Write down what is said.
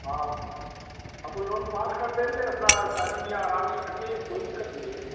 हाँ आपको लोन पास कर देंगे अपना शादी ब्याह अराम से करिए कोई दिक्कत नहीं है